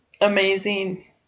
amazing